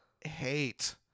hate